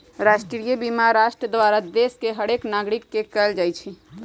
राष्ट्रीय बीमा राष्ट्र द्वारा देश के हरेक नागरिक के कएल जाइ छइ